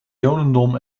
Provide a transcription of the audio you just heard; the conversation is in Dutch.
jodendom